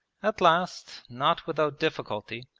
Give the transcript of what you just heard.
at last, not without difficulty,